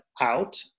out